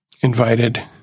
invited